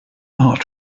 art